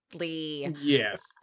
yes